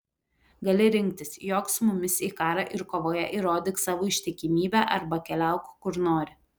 gali rinktis jok su mumis į karą ir kovoje įrodyk savo ištikimybę arba keliauk kur nori